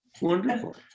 Wonderful